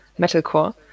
metalcore